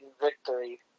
victory